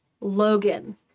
Logan